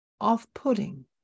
off-putting